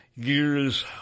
gears